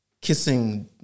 Kissing